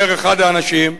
אומר אחד האנשים: